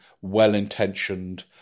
well-intentioned